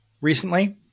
recently